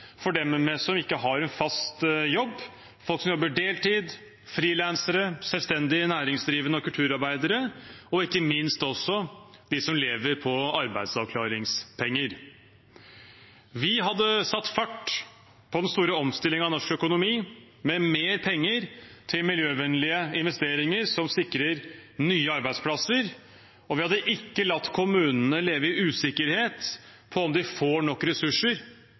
for dem som ikke har en fast jobb, folk som jobber deltid, frilansere, selvstendig næringsdrivende og kulturarbeidere, og ikke minst dem som lever på arbeidsavklaringspenger. Vi hadde satt fart på den store omstillingen av norsk økonomi med mer penger til miljøvennlige investeringer som sikrer nye arbeidsplasser, og vi hadde ikke latt kommunene leve i usikkerhet for om de får nok ressurser